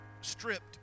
stripped